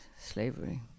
slavery